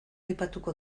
aipatuko